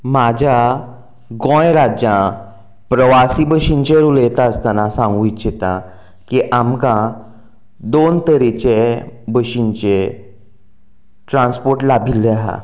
म्हज्या गोंय राज्याच्या प्रवासी बशींचेर उलयता आसताना सांगूं इत्छिता की आमकां दोन तरेचे बशींचे ट्रांस्पोर्ट लाबिल्ले आसात